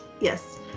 Yes